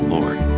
Lord